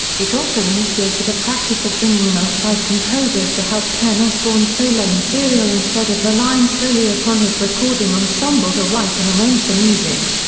it also initiated a practice of bringing in outside composers to help pen osbourne's solo material instead of relying solely upon his recording ensemble to write and arrange the music.